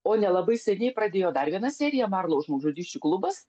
o nelabai seniai pradėjo dar vieną seriją marlou žmogžudysčių klubas